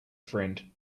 friend